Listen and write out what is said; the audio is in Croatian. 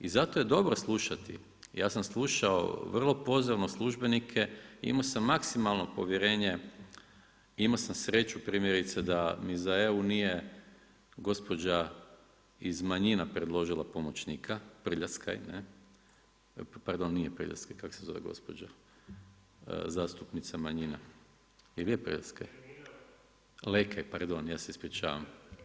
I zato je dobro slušati ja sam slušao vrlo pozorno službenike i imao sam maksimalno povjerenje i imao sam sreću primjerice da mi za … nije gospođa iz manjina predložila pomoćnika, Prljaskaj, ne, pardon nije Prljaskaj, kako se zove gospođa, zastupnica manjina, jel je Prljaskaj, Lekaj, pardon, ja se ispričavam.